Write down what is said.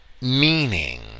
meaning